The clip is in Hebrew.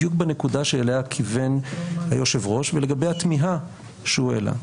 בדיוק בנקודה שאליה כיוון היושב-ראש ולגבי התמיהה שהוא העלה: